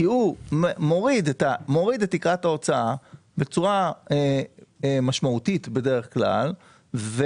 כי הוא מוריד את תקרת ההוצאה בצורה משמעותית בדרך כלל,